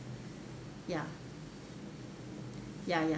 ya ya ya